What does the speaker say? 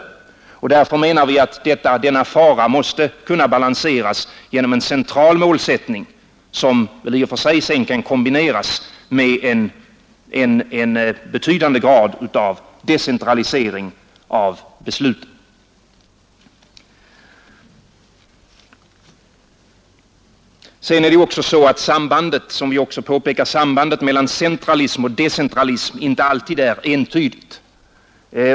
Därför menar vi att denna fara måste kunna balanseras genom en central målsättning som i och för sig sedan kan kombineras med en betydande grad av decentralisering av besluten. Sedan är det ju så, som vi också har påpekat, att sambandet mellan centralism och decentralism inte alltid är entydigt.